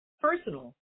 personal